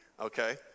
Okay